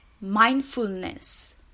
mindfulness